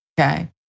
Okay